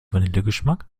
vanillegeschmack